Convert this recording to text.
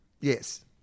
Yes